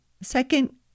Second